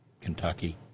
Kentucky